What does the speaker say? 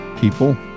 people